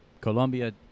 Colombia